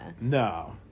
no